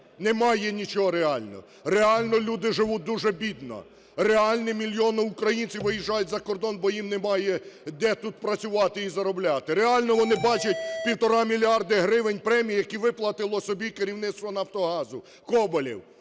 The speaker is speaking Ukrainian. Немає нічого реально. Реально люди живуть дуже бідно. Реально мільйони українців виїжджають за кордон, бо їм немає де тут працювати і заробляти. Реально вони бачать півтора мільярди гривень премій, які виплатило собі керівництво "Нафтогазу", Коболєв,